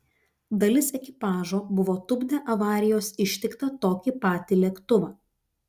dalis ekipažo buvo tupdę avarijos ištiktą tokį patį lėktuvą